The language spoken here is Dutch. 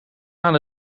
aan